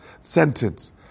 sentence